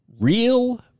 Real